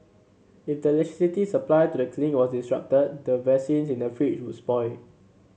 if the electricity supply to the clinic was disrupted the vaccines in the fridge would spoil